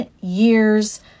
years